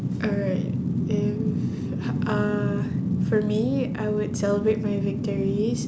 alright if uh for me I would celebrate my victories